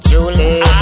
Julie